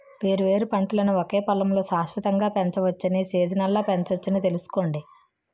వేర్వేరు పంటలను ఒకే పొలంలో శాశ్వతంగా పెంచవచ్చని, సీజనల్గా పెంచొచ్చని తెలుసుకోండి